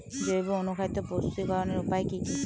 জৈব অনুখাদ্য প্রস্তুতিকরনের উপায় কী কী?